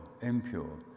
impure